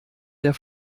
der